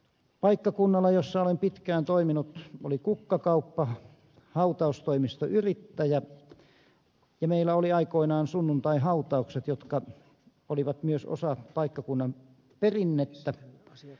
paikkakunnalla jolla olen pitkään toiminut oli kukkakauppa hautaustoimistoyrittäjä ja meillä oli aikoinaan sunnuntaihautaukset jotka olivat myös osa paikkakunnan perinnettä